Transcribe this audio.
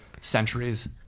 centuries